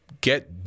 get